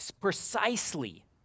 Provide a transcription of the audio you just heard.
precisely